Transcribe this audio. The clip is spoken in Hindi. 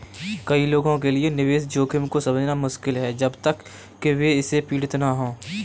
कई लोगों के लिए निवेश जोखिम को समझना मुश्किल है जब तक कि वे इससे पीड़ित न हों